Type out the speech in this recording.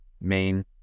main